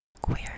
Queer